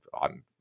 on